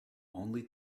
only